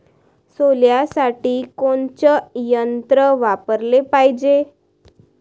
सोल्यासाठी कोनचं यंत्र वापराले पायजे?